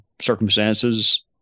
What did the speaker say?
circumstances